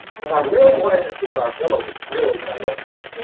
because i really wanted to see what our villa was really going to look like.